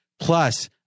Plus